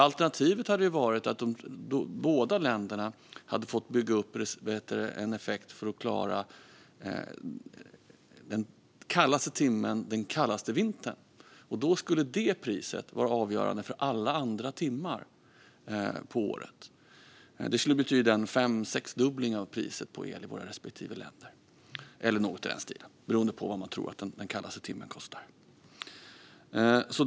Alternativet hade ju varit att båda länderna hade fått bygga upp en effekt för att klara den kallaste timmen, den kallaste vintern. Då skulle det priset vara avgörande för alla andra timmar på året. Det skulle betyda en fem eller sexdubbling av priset på el i våra respektive länder - eller något i den stilen, beroende på vad man tror att den kallaste timmen kostar.